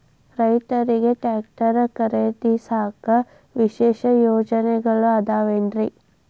ರೈತರಿಗೆ ಟ್ರ್ಯಾಕ್ಟರ್ ಖರೇದಿಸಾಕ ವಿಶೇಷ ಯೋಜನೆಗಳು ಅದಾವೇನ್ರಿ?